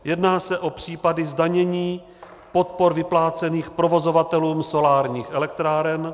Jedná se o případy zdanění podpor vyplácených provozovatelům solárních elektráren.